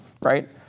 Right